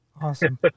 awesome